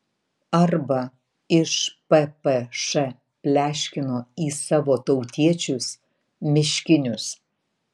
arba iš ppš pleškino į savo tautiečius miškinius